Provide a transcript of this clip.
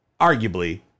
arguably